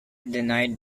denied